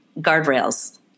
guardrails